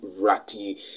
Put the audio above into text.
ratty